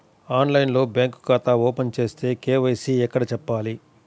ఆన్లైన్లో బ్యాంకు ఖాతా ఓపెన్ చేస్తే, కే.వై.సి ఎక్కడ చెప్పాలి?